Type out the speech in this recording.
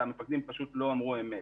שהמפקדים לא אמרו אמת.